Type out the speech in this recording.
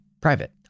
private